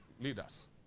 leaders